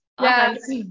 Yes